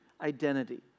identity